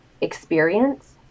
experience